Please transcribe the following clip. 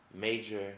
major